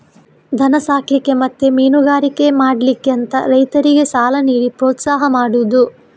ದನ ಸಾಕ್ಲಿಕ್ಕೆ ಮತ್ತೆ ಮೀನುಗಾರಿಕೆ ಮಾಡ್ಲಿಕ್ಕೆ ಅಂತ ರೈತರಿಗೆ ಸಾಲ ನೀಡಿ ಪ್ರೋತ್ಸಾಹ ಮಾಡುದು